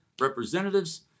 representatives